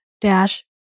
dash